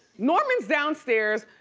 norman's downstairs,